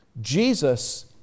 Jesus